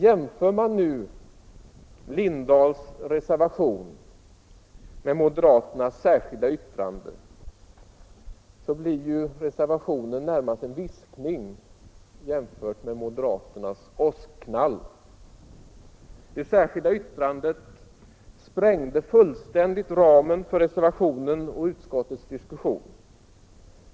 Jämför man nu herr Lindahls reservation med moderaternas särskilda yttrande, framstår reservationen närmast som en viskning jämfört med moderaternas åskknall. Det särskilda yttrandet sprängde fullständigt ramen för reservationen och utskottets diskussion.